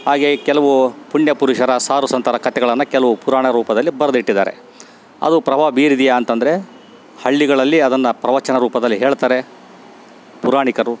ಹಾಗೆ ಕೆಲವು ಪುಣ್ಯ ಪುರುಷರ ಸಾಧು ಸಂತರ ಕತೆಗಳನ್ನು ಕೆಲವು ಪುರಾಣ ರೂಪದಲ್ಲಿ ಬರೆದಿಟ್ಟಿದ್ದಾರೆ ಅದು ಪ್ರಭಾವ ಬೀರಿದೆಯಾ ಅಂತಂದ್ರೆ ಹಳ್ಳಿಗಳಲ್ಲಿ ಅದನ್ನು ಪ್ರವಚನ ರೂಪದಲ್ಲಿ ಹೇಳ್ತಾರೆ ಪುರಾಣಿಕರು